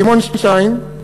שמעון שטיין: